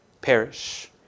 perish